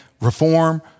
reform